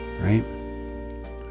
right